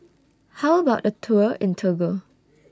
How about A Tour in Togo